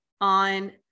on